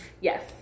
Yes